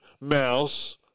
Mouse